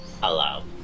Hello